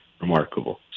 remarkable